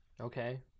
Okay